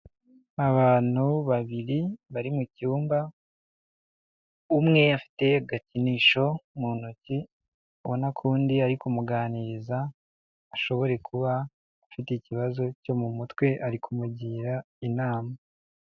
Abantu babiri bari mu cyumba, umwe afite agakinisho mu ntoki ubona ko undi ari kumuganiriza ashobora kuba afite ikibazo cyo mu mutwe ari kumugira inama.